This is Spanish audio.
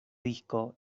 disco